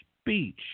speech